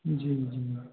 जी जी